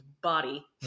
body